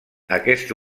aquest